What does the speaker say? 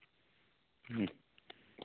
ᱦᱮᱸ